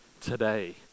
today